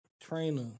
Trainer